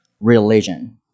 religion